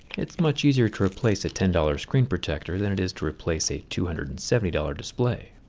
it's much easier to replace a ten dollars screen protector than it is to replace a two hundred and seventy dollars display.